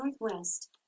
Northwest